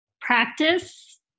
practice